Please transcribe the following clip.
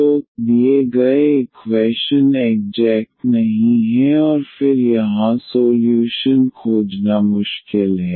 तो दिए गए इक्वैशन एग्जेक्ट नहीं हैं और फिर यहां सोल्यूशन खोजना मुश्किल है